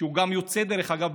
שדרך אגב,